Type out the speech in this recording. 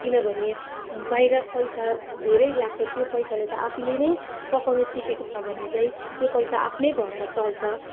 किनभने बाहिर पैसा धेरै लाग्छ त्यो पैसाले त आफैले नै पकाउनु सिकेको छ भने चाहिँ त्यो पैसा आफ्नै घरमा चल्छ